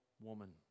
woman